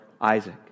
Isaac